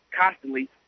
constantly